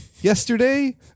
yesterday